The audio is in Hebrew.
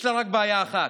יש לה רק בעיה אחת,